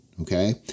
Okay